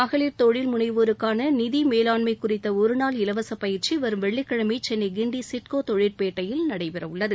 மகளிர் தொழில் முனைவோருக்கான நிதி மேலாண்மை குறித்த ஒருநாள் இலவச பயிற்சி வரும் வெள்ளிக்கிழமை சென்னை கிண்டி சிட்கோ தொழிற்பேட்டையில் நடைபெறவுள்ளது